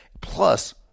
Plus